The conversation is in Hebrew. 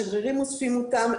השגרירים אוספים אותו,